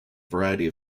variety